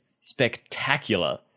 spectacular